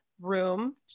room